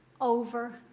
over